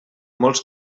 molts